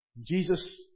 Jesus